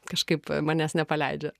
kažkaip manęs nepaleidžia